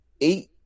eight